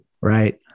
Right